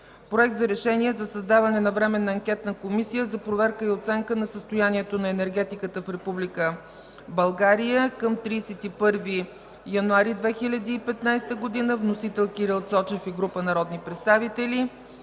Проект за решение за създаване на Временна анкетна комисия за проверка и оценка на състоянието на енергетиката в Република България към 31 януари 2015 г. Вносители: Кирил Цочев и група народни представители.